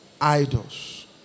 idols